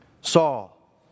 Saul